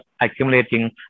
accumulating